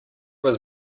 was